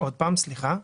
עוד פעם, סליחה.